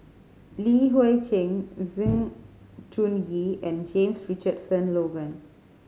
Li Hui Cheng Sng Choon Yee and James Richardson Logan